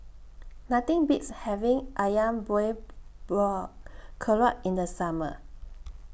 Nothing Beats having Ayam boy Buah Keluak in The Summer